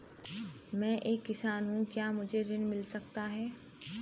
मैं एक किसान हूँ क्या मुझे ऋण मिल सकता है?